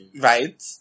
right